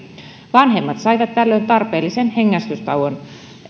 vanhemmat saivat tällöin tarpeellisen hengähdystauon